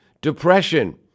depression